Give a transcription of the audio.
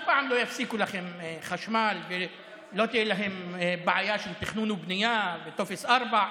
אף פעם לא יפסיקו לכם חשמל ולא תהיה לכם בעיה של תכנון ובנייה וטופס 4,